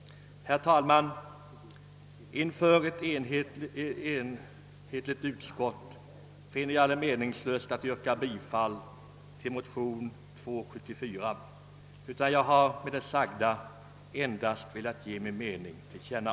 Herr talman! Mot ett enhälligt utskott finner jag det dock nu vara meningslöst att yrka bifall till motionen II: 74. Jag har med det anförda endast velat ge min mening till känna.